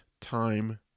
time